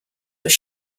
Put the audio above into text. were